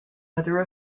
other